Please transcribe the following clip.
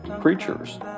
creatures